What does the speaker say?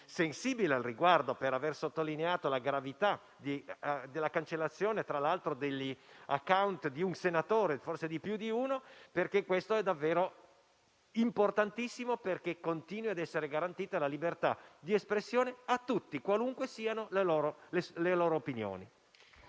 sensibile al riguardo, per aver sottolineato la gravità della cancellazione degli *account* di un senatore o forse più di uno - perché è davvero importantissimo che continui a essere garantita la libertà di espressione a tutti, quali che siano le loro opinioni.